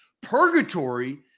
Purgatory